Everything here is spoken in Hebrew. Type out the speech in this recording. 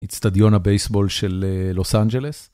אצטדיון הבייסבול של לוס אנג'לס.